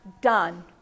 done